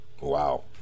Wow